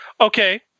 Okay